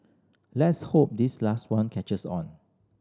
let's hope this last one catches on